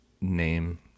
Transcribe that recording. name